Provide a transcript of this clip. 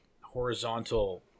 horizontal